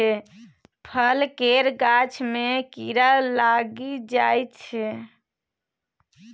फल केर गाछ मे कीड़ा लागि जाइ छै